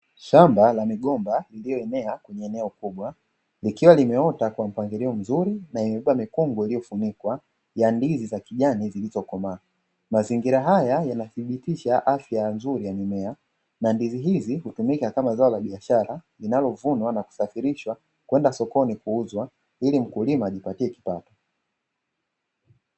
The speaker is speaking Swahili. Shamba la migomba iliyoenea kwenye eneo kubwa likiwa limeota kwa mpangilio mzuri na imebeba mikungu iliyofunikwa ya ndizi za kijani zilizokomaa. Mazingira haya yanathibitisha afya nzuri ya mimea na ndizi hizi hutumika kama zao la biashara linalovunwa na kusafirishaa kwenda sokoni kuuzwa ili mkulima ajilatie kipato.